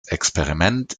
experiment